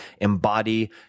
embody